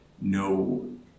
no